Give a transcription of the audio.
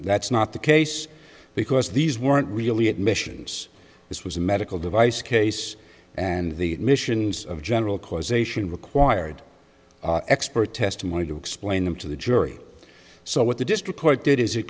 that's not the case because these weren't really admissions this was a medical device case and the admissions of general causation required expert testimony to explain them to the jury so what the district court did is it